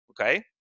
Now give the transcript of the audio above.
okay